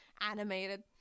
animated